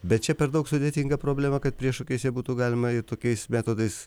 bet čia per daug sudėtinga problema kad priešokiais ją būtų galima ir tokiais metodais